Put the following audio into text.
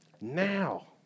Now